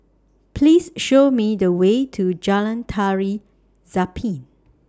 Please Show Me The Way to Jalan Tari Zapin